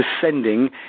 descending